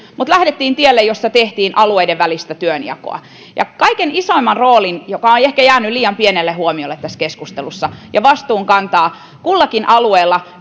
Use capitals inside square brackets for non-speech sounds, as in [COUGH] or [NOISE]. mutta lähdettiin tielle jossa tehtiin alueiden välistä työnjakoa ja kaikkein isoimman roolin mikä on ehkä jäänyt liian pienelle huomiolle tässä keskustelussa ja vastuun kantavat kullakin alueella [UNINTELLIGIBLE]